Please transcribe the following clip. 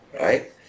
right